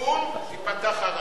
מַצפּוּן תיפתח הרעה.